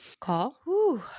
Call